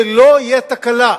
שלא תהיה תקלה,